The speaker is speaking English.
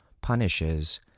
punishes